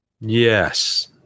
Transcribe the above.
Yes